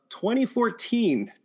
2014